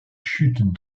chutes